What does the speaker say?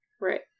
right